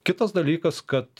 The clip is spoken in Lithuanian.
kitas dalykas kad